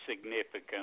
significant